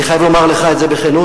ואני חייב לומר לך את זה בכנות,